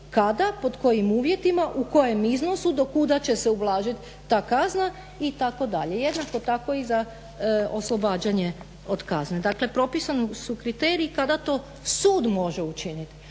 kada, pod kojim uvjetima, u kojem iznosu, do kuda će se ublažit ta kazna itd. Jednako tako i za oslobađanje od kazne. Dakle propisani su kriteriji kada to sud može učiniti,